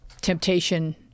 temptation